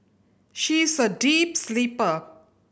she is a deep sleeper